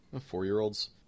four-year-olds